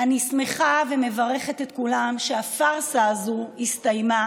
אני שמחה ומברכת את כולם על שהפארסה הזאת הסתיימה,